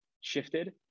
shifted